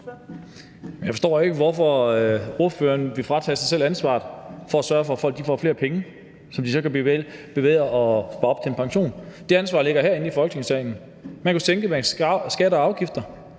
Jeg forstår ikke, hvorfor ordføreren vil fratage sig selv ansvaret for at sørge for, at folk får flere penge, som de så kan vælge at spare op til en pension. Det ansvar ligger herinde i Folketingssalen; man kunne sænke skatter og afgifter.